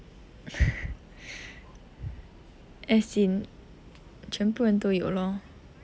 as in 全部人都有 lor